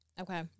Okay